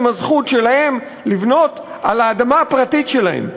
הזכות שלהם לבנות על האדמה הפרטית שלהם.